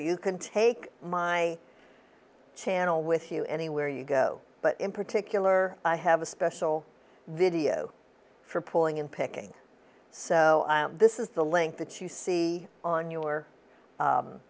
you can take my channel with you anywhere you go but in particular i have a special video for pulling in picking so this is the link that you see on your